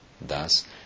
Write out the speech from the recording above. Thus